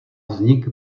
vznik